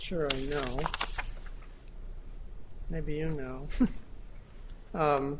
sure you know maybe you know